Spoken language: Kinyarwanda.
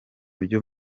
byo